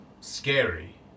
scary